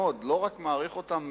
לא רק מעריך אותם,